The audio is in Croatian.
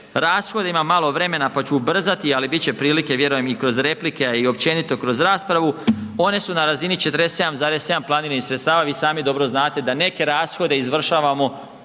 rashoda, imam malo vremena pa ću ubrzati ali biti će prilike, vjerujem i kroz replike a i općenito kroz raspravu. One su na razini 47,7 planiranih sredstava. Vi sami dobro znate da neke rashode izvršavamo